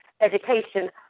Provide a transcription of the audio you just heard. education